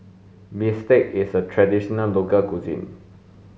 bistake is a traditional local cuisine